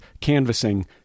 canvassing